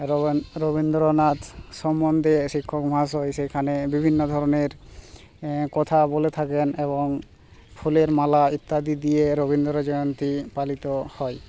রবীন্দ্রনাথ সম্মন্ধে শিক্ষক মহাশয় সেখানে বিভিন্ন ধরনের কথা বলে থাকেন এবং ফুলের মালা ইত্যাদি দিয়ে রবীন্দ্র জয়ন্তী পালিত হয়